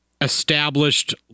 established